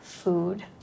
food